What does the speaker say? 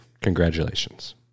Congratulations